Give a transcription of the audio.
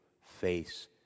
face